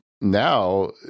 now